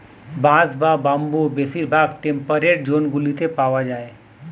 বাঁশ বা বাম্বু বেশিরভাগ টেম্পারেট জোনগুলিতে পাওয়া যায়